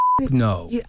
no